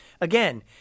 Again